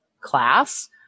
class